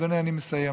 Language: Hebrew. אדוני, אני מסיים.